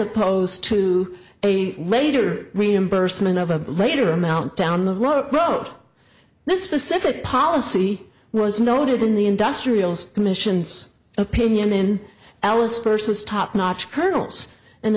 opposed to a later reimbursement of a later amount down the road this specific policy was noted in the industrials commission's opinion in alice persons top notch kernels and